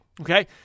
Okay